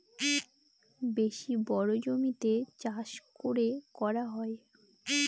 বেশি বড়ো জমিতে চাষ করে করা হয়